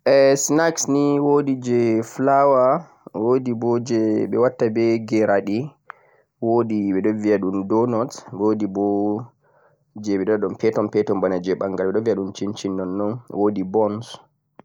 Snacks nii wodi je flawa, wodi bo je ɓewatta be geraɗe, wodi donut be shin-shin